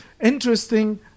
interesting